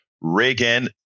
Reagan